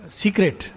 secret